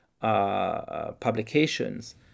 publications